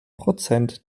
prozent